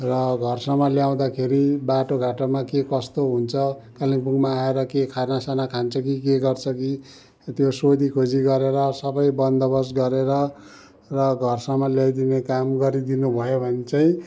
र घरसम्म ल्याउँदाखेरि बाटो घाटोमा के कस्तो हुन्छ कालिम्पोङमा आएर के खाना साना खान्छ कि के गर्छ कि त्यो सोधी खोजी गरेर सब बन्दोबस्त गरेर र घरसम्म ल्याइदिने काम गरिदिनु भयो भने चाहिँ